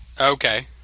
Okay